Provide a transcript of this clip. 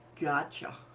Gotcha